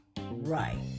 right